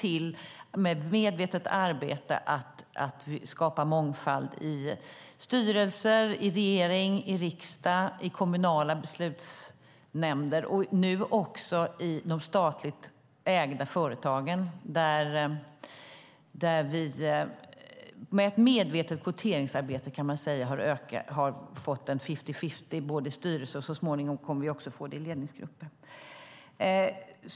Med ett medvetet arbete har vi sett till att skapa mångfald i styrelser, regering, riksdag, kommunala beslutsnämnder och nu också i de statligt ägda företagen där vi med ett medvetet kvoteringsarbete fått en fifty-fifty-situation i styrelser, och så småningom kommer vi också att få det i ledningsgrupper.